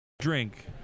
drink